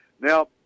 Now